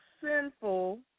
sinful